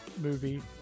movie